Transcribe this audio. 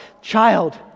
child